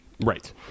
Right